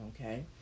okay